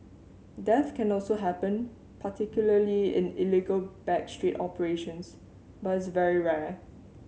death can also happen particularly in illegal back street operations but is very rare